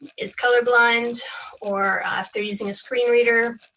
is colorblind or if they're using a screen reader,